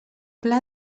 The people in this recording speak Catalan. pla